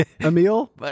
Emil